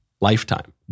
lifetime